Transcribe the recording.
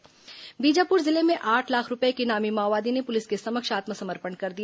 माओवादी समर्पण बीजापुर जिले में आठ लाख रूपये के एक इनामी माओवादी ने पुलिस के समक्ष आत्मसमर्पण कर दिया